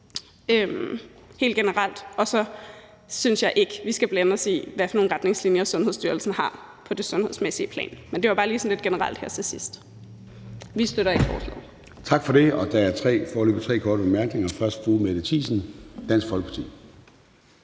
helt generelt, og så synes jeg ikke, at vi skal blande os i, hvad for nogle retningslinjer Sundhedsstyrelsen har på det sundhedsmæssige plan. Men det var bare lige sådan lidt generelt her til sidst. Vi støtter ikke forslaget. Kl. 20:39 Formanden (Søren Gade): Tak for det. Der er foreløbig tre korte bemærkninger, og først er det fra fru Mette Thiesen, Dansk Folkeparti.